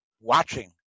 watching